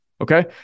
Okay